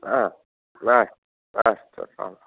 अस्तु